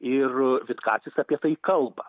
ir vitkacis apie tai kalba